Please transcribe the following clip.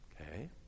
okay